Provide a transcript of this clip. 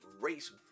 Race